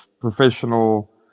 professional